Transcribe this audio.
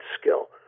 skill